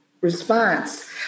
response